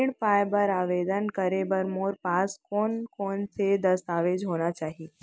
ऋण पाय बर आवेदन करे बर मोर पास कोन कोन से दस्तावेज होना चाही?